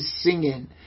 singing